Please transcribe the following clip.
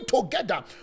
together